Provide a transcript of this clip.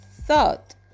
thought